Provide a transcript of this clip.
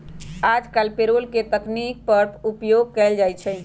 याजकाल पेरोल के तकनीक पर उपयोग कएल जाइ छइ